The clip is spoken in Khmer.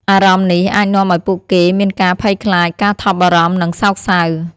អារម្មណ៍នេះអាចនាំឱ្យពួកគេមានការភ័យខ្លាច ការថប់បារម្ភ និងសោកសៅ។